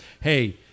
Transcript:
hey